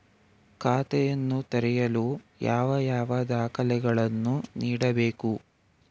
ಖಾತೆಯನ್ನು ತೆರೆಯಲು ಯಾವ ಯಾವ ದಾಖಲೆಗಳನ್ನು ನೀಡಬೇಕು?